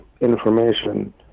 information